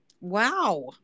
Wow